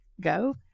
go